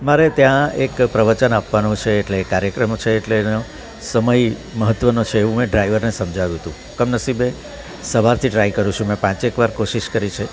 મારે ત્યાં એક પ્રવચન આપવાનું છે એટલે એ કાર્યક્રમ છે એટલે એનો સમય મહત્ત્વનો છે એવું મેં ડ્રાઈવરને સમજાવ્યું હતું કમનસીબે સવારથી ટ્રાય કરું છું મેં પાંચેક વાર કોશિશ કરી છે